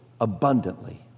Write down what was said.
abundantly